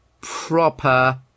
proper